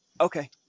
okay